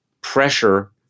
pressure